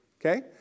okay